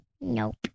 Nope